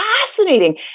fascinating